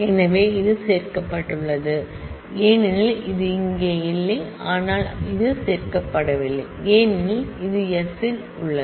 எனவே இது சேர்க்கப்பட்டுள்ளது ஏனெனில் இது இங்கே இல்லை ஆனால் இது சேர்க்கப்படவில்லை ஏனெனில் இது s இல் உள்ளது